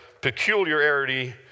peculiarity